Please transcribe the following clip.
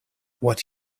what